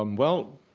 um well,